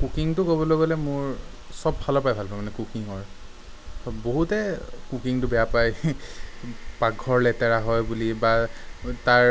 কুকিংটো ক'বলৈ গ'লে মোৰ চব ফালৰ পৰাই ভাল পাওঁ মানে কুকিঙৰ বহুতে কুকিংটো বেয়া পায় পাকঘৰ লেতেৰা হয় বুলি বা তাৰ